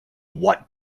what